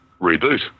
reboot